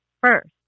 first